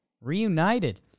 Reunited